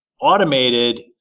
automated